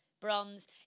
Bronze